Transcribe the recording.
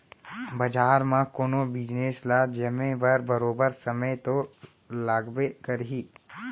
बजार म कोनो बिजनेस ल जमे बर बरोबर समे तो लागबे करही